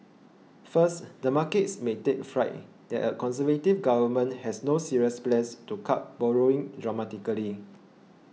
first the markets may take fright that a Conservative government has no serious plans to cut borrowing dramatically